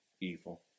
evil